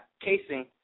casing